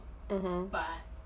(uh huh)